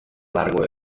largo